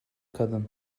kadın